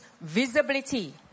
visibility